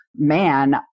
man